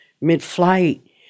mid-flight